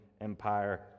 Empire